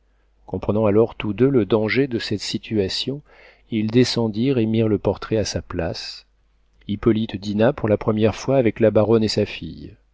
comprenant alors tous deux le danger de cette situation ils descendirent et mirent le portrait à sa place hippolyte dîna pour la première fois avec la baronne et sa fille